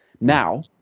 Now